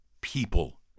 people